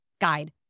Guide